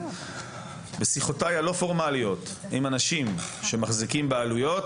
בשיחותיי הלא פורמליות עם אנשים שמחזיקים בעלויות,